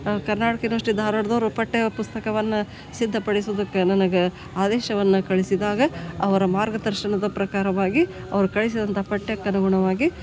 Karnataka university ಧಾರ್ವಾಡದವರು ಪಠ್ಯಪುಸ್ತಕವನ್ನು ಸಿದ್ದಪಡಿಸುದಕ್ಕೆ ನನಗೆ ಆದೇಶವನ್ನು ಕಳಿಸಿದಾಗ ಅವರ ಮಾರ್ಗದರ್ಶನದ ಪ್ರಕಾರವಾಗಿ ಅವ್ರು ಕಳಿಸಿದಂಥ ಪಠ್ಯಕ್ಕೆ ಅನುಗುಣವಾಗಿ